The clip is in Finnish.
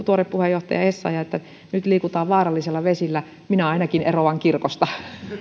tuore puheenjohtaja essayah nyt liikutaan vaarallisilla vesillä minä ainakin eroan kirkosta